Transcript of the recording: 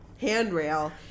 handrail